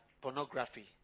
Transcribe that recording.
pornography